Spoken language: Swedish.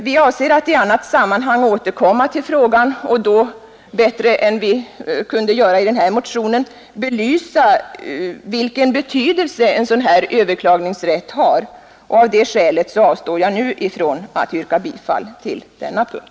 Vi avser att i annat sammanhang återkomma till frågan; då skall vi bättre än vi nu har kunnat göra belysa vilken betydelse en överklagningsrätt har. Av det skälet avstår jag nu från att yrka bifall till vår motion.